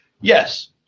Yes